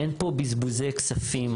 אין פה בזבוזי כספים,